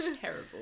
Terrible